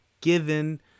given